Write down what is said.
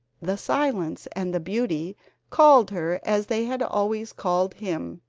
the silence and the beauty called her as they had always called him.